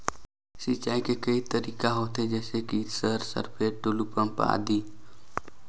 सिंचाई के कई तरीका होथे? जैसे कि सर सरपैट, टुलु पंप, आदि?